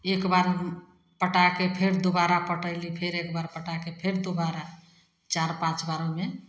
एक बार पटा कऽ फेर दोबारा पटयली फेर एक बार पटा कऽ फेर दोबारा चारि पाँच बारमे